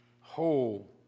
whole